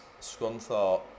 scunthorpe